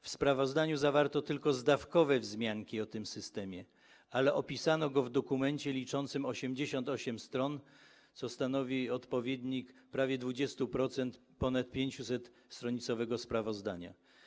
W sprawozdaniu zawarto tylko zdawkowe wzmianki o tym systemie, ale opisano go w dokumencie liczącym 88 stron, co stanowi prawie 20% ponad 500-stronicowego sprawozdania.